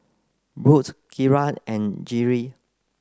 Burt Keira and Jerrie